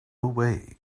way